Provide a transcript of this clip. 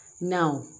now